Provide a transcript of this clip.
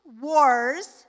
Wars